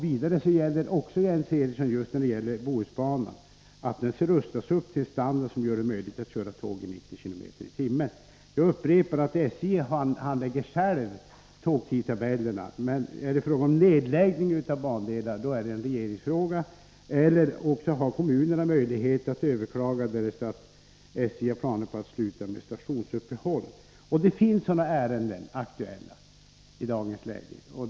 Vidare skall Bohusbanan rustas upp, så att det blir möjligt att köra tågen med en hastighet av 90 km/tim. Jag upprepar att SJ självt handlägger frågan om tågtidtabellerna. Är det fråga om nedläggning av bandelar, blir det en regeringsfråga. Kommunerna har också möjlighet att överklaga därest SJ har planer på att sluta med stationsuppehåll, och det finns f. n. sådana ärenden.